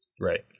Right